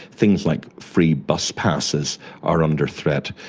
things like free bus passes are under threat,